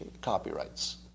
copyrights